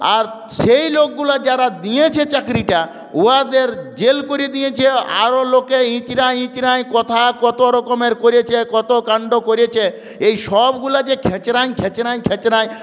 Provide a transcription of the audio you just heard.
আর সেই লোকগুলো যারা দিয়েছে চাকরিটা উহাদের জেল করে দিয়েছে আরও লোকে ইচরায় ইচরায় কথা কত রকমের করেছে কত কান্ড করছে এই সবগুলা যে খ্যাচরান খ্যাচরান খ্যাচরান